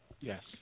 Yes